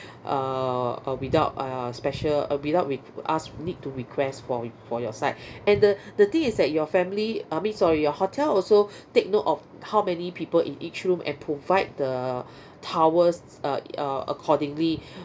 err uh without uh special uh without re~ ask we need to request for your for your side and the the thing is that your family I mean sorry your hotel also take note of how many people in each room and provide the towels uh uh accordingly